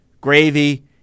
gravy